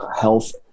health